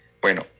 Bueno